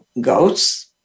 goats